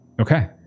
Okay